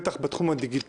בטח בתחום הדיגיטלי.